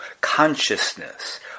consciousness